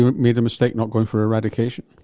made a mistake not going for eradication?